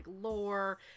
lore